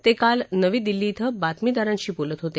ते काल नवी दिल्ली डें बातमीदाराधी बोलत होते